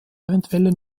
eventuelle